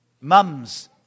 Mums